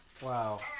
Wow